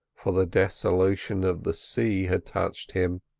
for the desolation of the sea had touched him.